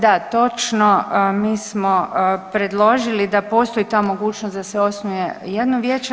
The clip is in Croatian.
Da, točno, mi smo predložili da postoji ta mogućnost da se osnuje jedno vijeće.